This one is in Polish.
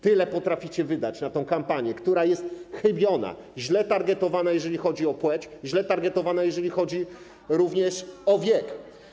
Tyle potraficie wydać na tę kampanię, która jest chybiona, źle targetowana, jeżeli chodzi o płeć, źle targetowana, również jeżeli chodzi o wiek.